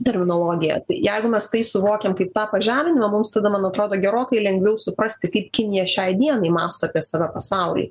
terminologiją tai jeigu mes tai suvokiam kaip tą pažeminimą mums tada man atrodo gerokai lengviau suprasti kaip kinija šiai dienai mąsto apie save pasauly